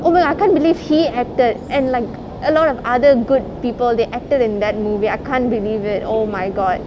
oh my god I can't believe he acted and like a lot of other good people they acted in that movie I can't believe it oh my god